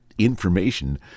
information